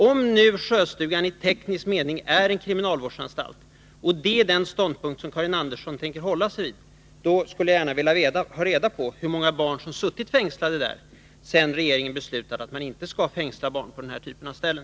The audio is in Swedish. Om nu Sjöstugan i teknisk mening är en kriminalvårdsanstalt — och det är denna ståndpunkt som Karin Andersson tänker hålla fast vid — skulle jag gärna vilja ha reda på hur många barn som suttit fängslade där sedan regeringen beslutade att man inte skall fängsla barn på den här typen av ställen.